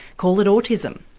call it autism.